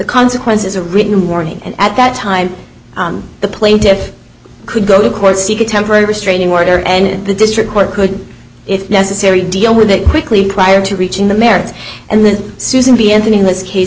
consequences a written warning and at that time the plaintiffs could go to court seek a temporary restraining order and the district court could if necessary deal with it quickly prior to reaching the merits and the susan b anthony in this case